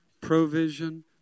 provision